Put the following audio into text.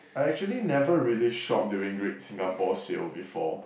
I actually never really shop during Great-Singapore-Sale before